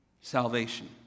salvation